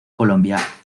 colombia